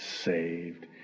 saved